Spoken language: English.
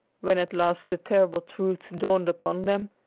when at last the terrible truth dawned upon them,